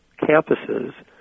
campuses